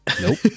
Nope